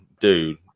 dude